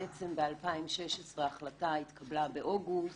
בעצם ב-2016 ההחלטה התקבלה באוגוסט,